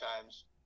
times